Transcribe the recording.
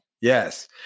Yes